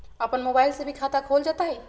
अपन मोबाइल से भी खाता खोल जताईं?